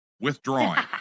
Withdrawing